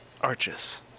arches